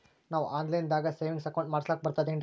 ನಾವು online ದಾಗ savings account ಮಾಡಸ್ಲಾಕ ಬರ್ತದೇನ್ರಿ?